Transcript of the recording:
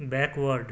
backward